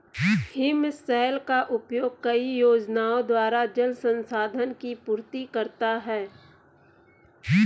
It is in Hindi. हिमशैल का उपयोग कई योजनाओं द्वारा जल संसाधन की पूर्ति करता है